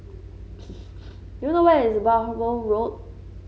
do you know where is Bhamo Road